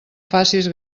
facis